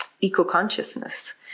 eco-consciousness